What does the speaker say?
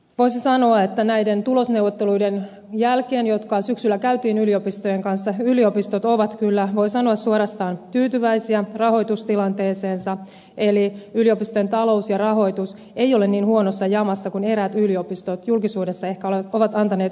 voisi sanoa että näiden tulosneuvotteluiden jälkeen jotka syksyllä käytiin yliopistojen kanssa yliopistot ovat kyllä voi sanoa suorastaan tyytyväisiä rahoitustilanteeseensa eli yliopistojen talous ja rahoitus ei ole niin huonossa jamassa kuin eräät yliopistot julkisuudessa ehkä ovat antaneet ymmärtää